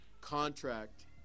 contract